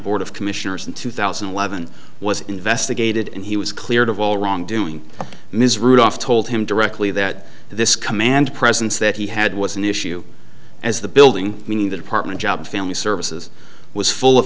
board of commissioners in two thousand and eleven was investigated and he was cleared of all wrongdoing ms rudolph told him directly that this command presence that he had was an issue as the building meaning the department job family services was full of